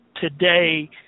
today